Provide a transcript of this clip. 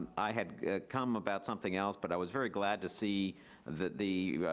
i had come about something else, but i was very glad to see that the,